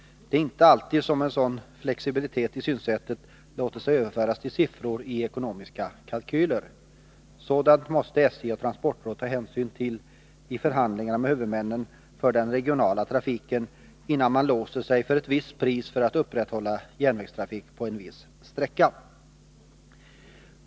Det är inte alltid som en sådan flexibilitet i synsätt låter sig överföras till siffror i ekonomiska kalkyler. Sådant måste SJ och transportrådet ta hänsyn till i förhandlingarna med huvudmännen för den regionala trafiken innan man låser sig för ett visst pris för att upprätthålla järnvägstrafik på en viss sträcka.